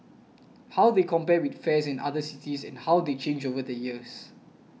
how they compare with fares in other cities and how they change over the years